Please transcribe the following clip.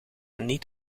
niet